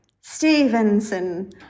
Stevenson